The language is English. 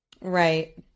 Right